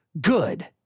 good